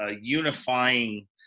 unifying